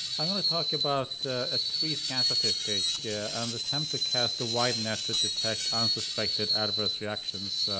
i gonna talk about a tree scan statistic yeah and attempt to cast a wide net to detect unsuspected adverse reactions.